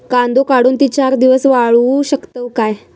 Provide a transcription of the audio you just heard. कांदो काढुन ती चार दिवस वाळऊ शकतव काय?